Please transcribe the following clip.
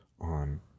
on